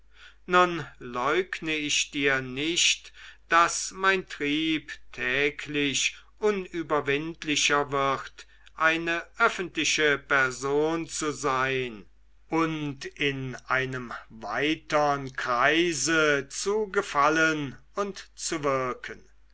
nun leugne ich dir nicht daß mein trieb täglich unüberwindlicher wird eine öffentliche person zu sein und in einem weitern kreise zu gefallen und zu wirken